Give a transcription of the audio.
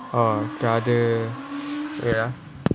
oh the other wait ah